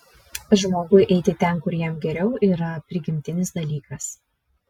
žmogui eiti ten kur jam geriau yra prigimtinis dalykas